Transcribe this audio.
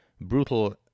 brutal